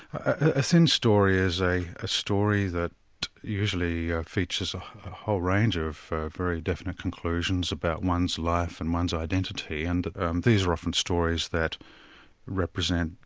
a thin story is a a story that usually features a whole range of very definite conclusions about one's life and one's identity and these are often stories that represent,